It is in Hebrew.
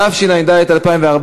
התשע"ד 2014,